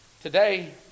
Today